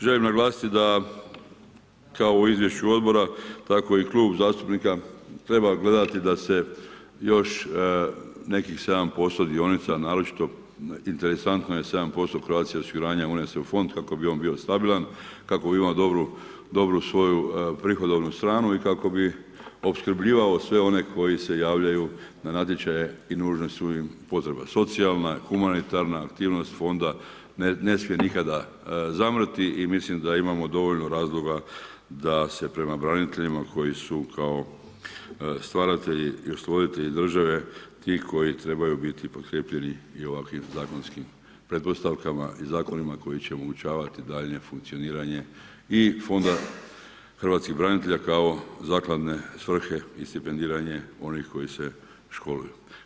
Želim naglasiti da kao u izvješću odbora tako i klub zastupnika treba gledati da se još nekih 7% dionica naročito interesantno je 7% Croatia osiguranja unese u fond kako bio on stabilan, kako bi imao dobru svoju prihodovnu stranu i kako bi opskrbljivao sve one koji se javljaju na natječaje i nužne su im potrebe socijalne, humanitarna aktivnost fonda ne smije nikada zamrijeti i mislim da imamo dovoljno razloga da se prema braniteljima koji su kao stvaratelji i stvoritelji države ti koji trebaju biti potkrijepljeni i ovakvim zakonskim pretpostavkama i zakonima koji će omogućavati daljnje funkcioniranje i fonda hrvatskih branitelja kao zakladne svrhe i stipendiranje onih koji se školuju.